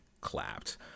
clapped